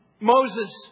Moses